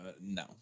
no